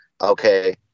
Okay